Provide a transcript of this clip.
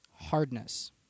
hardness